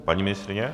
Paní ministryně?